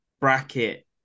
bracket